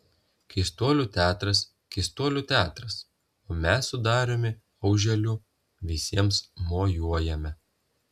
keistuolių teatras keistuolių teatras o mes su dariumi auželiu visiems mojuojame